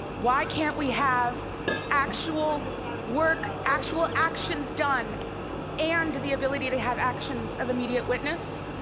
why can't we have actual work, actual actions done and the ability to have actions of immediate witness?